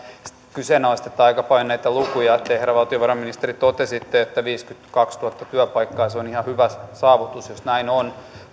kyseenalaistetaan aika paljon näitä lukuja te herra valtiovarainministeri totesitte että viisikymmentäkaksituhatta työpaikkaa se on ihan hyvä saavutus jos näin on